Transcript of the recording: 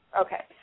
Okay